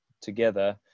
together